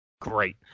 great